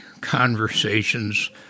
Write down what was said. conversations